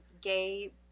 gay